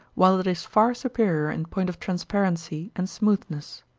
while it is far superior in point of transparency and smoothness.